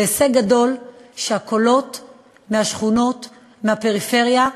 זה הישג גדול, שהקולות מהשכונות, מהפריפריה,